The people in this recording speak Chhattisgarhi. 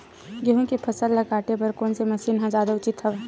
गेहूं के फसल ल काटे बर कोन से मशीन ह जादा उचित हवय?